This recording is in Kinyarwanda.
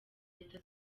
leta